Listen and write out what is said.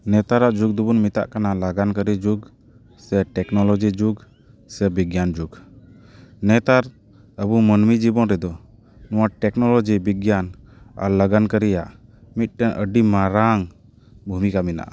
ᱱᱮᱛᱟᱨᱟᱜ ᱡᱩᱜᱽ ᱫᱚᱵᱚᱱ ᱢᱮᱛᱟᱜ ᱠᱟᱱᱟ ᱞᱟᱜᱟᱱ ᱠᱟᱹᱨᱤ ᱡᱩᱜᱽ ᱥᱮ ᱴᱮᱠᱱᱳᱞᱳᱡᱤ ᱡᱩᱜᱽ ᱥᱮ ᱵᱤᱜᱽᱜᱟᱱ ᱡᱩᱜᱽ ᱱᱮᱛᱟᱨ ᱟᱵᱚ ᱢᱟᱹᱱᱢᱤ ᱡᱤᱵᱚᱱ ᱨᱮᱫᱚ ᱱᱚᱣᱟ ᱴᱮᱠᱱᱳᱞᱳᱡᱤ ᱵᱤᱜᱽᱜᱟᱱ ᱟᱨ ᱞᱟᱜᱟᱱ ᱠᱟᱹᱨᱤᱭᱟᱜ ᱢᱤᱫᱴᱟᱝ ᱟᱹᱰᱤ ᱢᱟᱨᱟᱝ ᱵᱷᱩᱢᱤᱠᱟ ᱢᱮᱱᱟᱜᱼᱟ